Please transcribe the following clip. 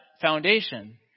foundation